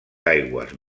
aigües